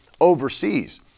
overseas